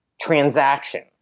transaction